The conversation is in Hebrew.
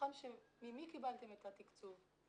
ממי קיבלתם את התקצוב?